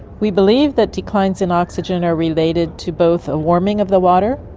we believe that declines in oxygen are related to both a warming of the water,